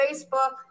Facebook